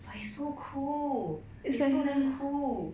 but it's so cool it's so damn cool